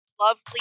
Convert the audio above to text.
lovely